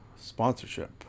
sponsorship